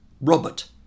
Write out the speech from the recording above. Robert